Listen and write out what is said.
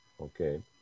okay